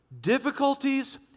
Difficulties